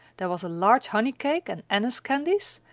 there was a large honey cake and anise candies,